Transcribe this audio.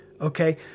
Okay